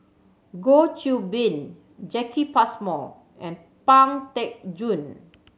Goh Qiu Bin Jacki Passmore and Pang Teck Joon